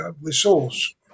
resource